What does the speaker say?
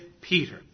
Peter